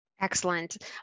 Excellent